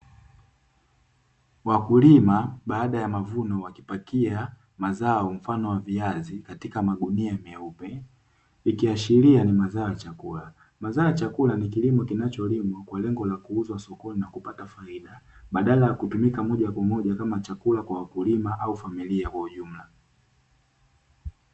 Wakulima baada ya mavuno wakipakia mazao mfano wa viazi katika magunia meupe ikiashiria ni mazao ya chakula. Mazao ya chakula ni kilimo kinacholimwa na kuuzwa sokoni na kupata faida badala ya kutumika moja kwa moja kama chakula kwa wakulima au familia kwa ujumla.